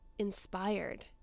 inspired